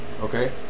Okay